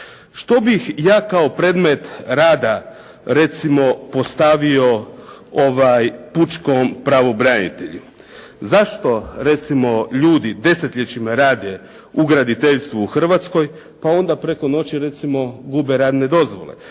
Što bih ja kao predmet rada recimo postavio pučkom pravobranitelju? Zašto, recimo ljudi desetljećima rade u graditeljstvu u Hrvatskoj pa onda preko noći, recimo gube radne dozvole.